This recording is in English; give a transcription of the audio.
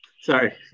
Sorry